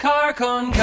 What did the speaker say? Carcon